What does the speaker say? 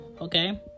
okay